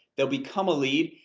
they'll become a lead.